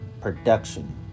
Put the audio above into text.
production